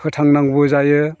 फोथांनांगौबो जायो